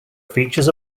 features